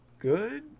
good